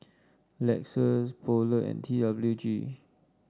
Llexus Poulet and T W G